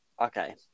Okay